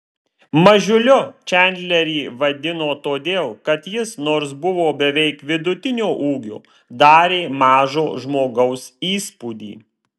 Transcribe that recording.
mažiuliu čandlerį vadino todėl kad jis nors buvo beveik vidutinio ūgio darė mažo žmogaus įspūdį